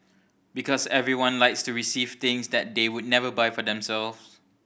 because everyone likes to receive things that they would never buy for themselves